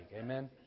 Amen